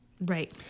Right